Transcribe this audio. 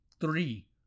three